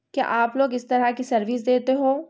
کیا آپ لوگ اس طرح کی سروس دیتے ہو